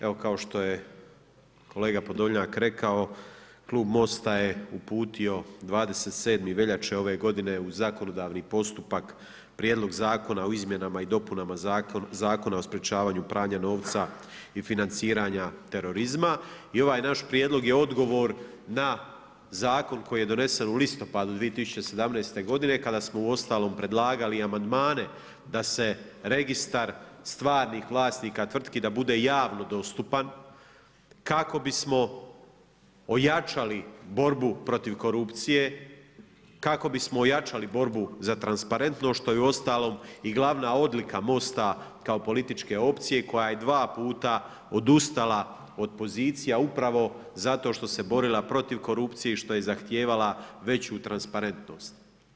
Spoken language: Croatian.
Evo kao što je kolega Podolnjak rekao, klub MOST-a je uputio 27. veljače ove godine u zakonodavni postupak Prijedlog zakona o izmjenama i dopuna Zakona o sprečavanju pranja novca i financiranja terorizma i ovaj naš prijedlog je odgovor na zakon koji je donesen u listopadu 2017. godine kada smo uostalom predlagali i amandmane da se Registar stvarnih vlasnika tvrtki da bude javno dostupan kako bismo ojačali borbu protiv korupcije, kako bismo ojačali borbu za transparentnost, što je uostalom i glavna odlika MOST-a kao političke opcije koja je 2 puta odustala od pozicija, upravo zato što se borila protiv korupcije i što je zahtijevala veću transparentnost.